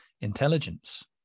intelligence